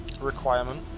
requirement